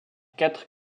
quatre